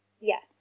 Yes